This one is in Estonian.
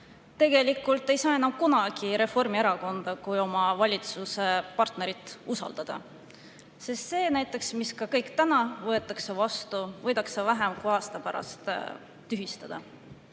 tegelikult ei saa enam kunagi Reformierakonda kui oma valitsuspartnerit usaldada. Sest näiteks see, mis kõik täna võetakse vastu, võidakse vähem kui aasta pärast tühistada.